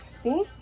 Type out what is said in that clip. See